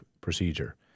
procedure